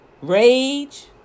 rage